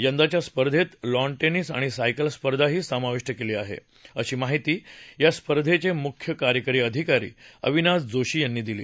यंदाच्या स्पर्धेत lawn tennis आणि सायकल स्पर्धाही समाविष्ट केली आहे अशी माहिती या स्पर्धेचे मुख्य कार्यकारी अधिकारी अविनाश जोशी यांनी दिली